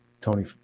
Tony